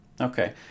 Okay